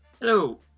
Hello